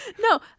No